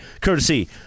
courtesy